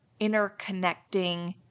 interconnecting